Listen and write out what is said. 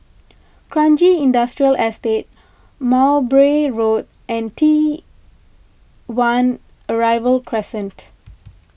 Kranji Industrial Estate Mowbray Road and T one Arrival Crescent